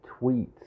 tweets